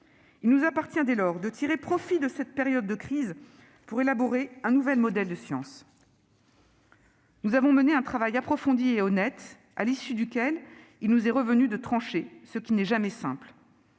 Il nous appartient, dès lors, de tirer profit de cette période de crise pour élaborer un nouveau modèle de science. Nous avons mené un travail approfondi et honnête, à l'issue duquel- cela n'est jamais simple